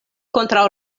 kontraŭ